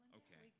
okay